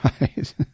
right